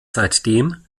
seitdem